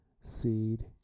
seed